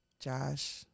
Josh